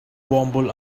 womble